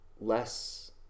less